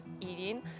eating